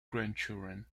grandchildren